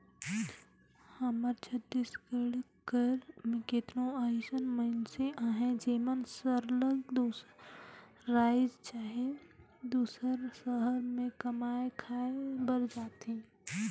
हमर छत्तीसगढ़ कर केतनो अइसन मइनसे अहें जेमन सरलग दूसर राएज चहे दूसर सहर में कमाए खाए बर जाथें